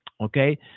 Okay